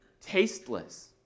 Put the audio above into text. tasteless